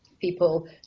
people